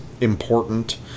important